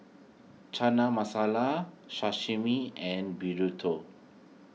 Chana Masala Sashimi and Burrito